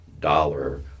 dollar